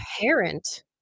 parent